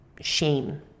shame